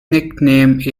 nickname